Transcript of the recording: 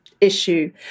issue